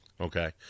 okay